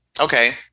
okay